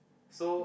so